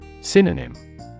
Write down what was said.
Synonym